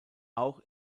auch